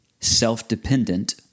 self-dependent